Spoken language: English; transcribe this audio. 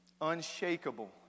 unshakable